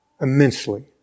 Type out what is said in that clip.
immensely